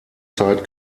zeit